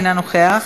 אינו נוכח,